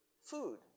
food